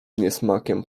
niesmakiem